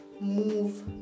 move